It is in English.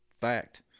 fact